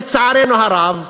לצערנו הרב,